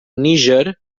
níger